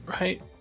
Right